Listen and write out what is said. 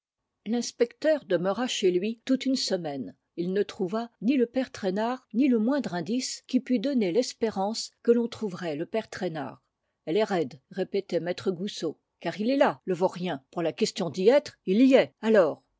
l'inspecteur demeura chez lui toute une semaine il ne trouva ni le père traînard ni le moindre indice qui pût donner l'espérance que l'on trouverait le père trainard elle est raide répétait maître goussot car il est là le vaurien pour la question d'y être il y est alors